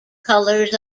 colours